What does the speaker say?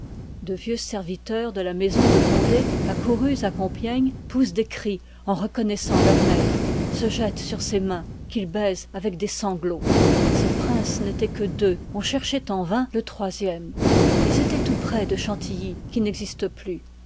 de vieux serviteurs de la h part maison de condé accourus à compiègne iiv l poussent des cris en reconnoissant leur maître se jettent sur ses mains qu'ils baisent avec des sanglots ces princes n'étoient que deux on cherchoit en vain le troisième ils étoient tout près de chantilly qui n'existe plus